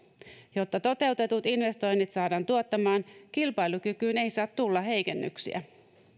jotta toteutetut investoinnit saadaan tuottamaan kilpailukykyyn ei saa tulla heikennyksiä